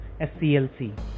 SCLC